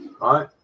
right